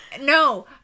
No